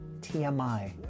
TMI